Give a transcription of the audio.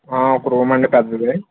ఒక రూమ్ అండి పెద్దది